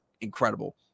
incredible